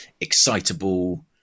excitable